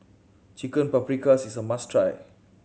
Chicken Paprikas is a must try